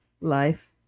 life